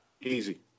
Easy